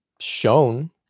shown